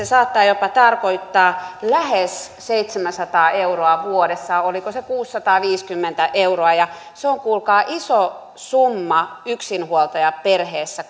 saattaa tarkoittaa jopa lähes seitsemääsataa euroa vuodessa oliko se kuusisataaviisikymmentä euroa ja se on kuulkaa iso summa yksinhuoltajaperheessä